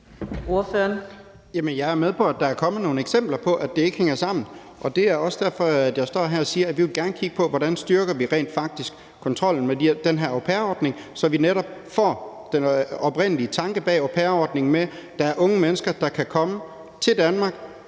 Jeg er med på, at der er kommet nogle eksempler på, at det ikke hænger sammen, og det er også derfor, jeg står her og siger, at vi gerne vil kigge på, hvordan vi rent faktisk styrker kontrollen med den her au pair-ordning, så vi netop får den oprindelige tanke bag au pair-ordningen med, nemlig at det er unge mennesker, der kan komme til Danmark,